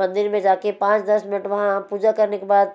मंदिर में जा कर पाँच दस मिनट वहाँ पूजा करने के बाद